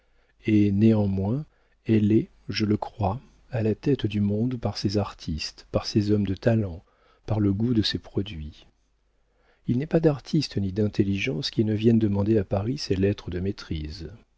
et néanmoins elle est je le crois à la tête du monde par ses artistes par ses hommes de talent par le goût de ses produits il n'est pas d'artiste ni d'intelligence qui ne vienne demander à paris ses lettres de maîtrise